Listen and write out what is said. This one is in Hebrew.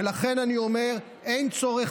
ולכן אני אומר, אין צורך